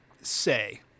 say